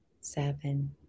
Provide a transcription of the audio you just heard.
seven